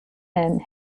and